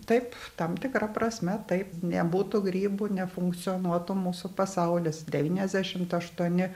taip tam tikra prasme taip nebūtų grybų nefunkcionuotų mūsų pasaulis devyniasdešimt aštuoni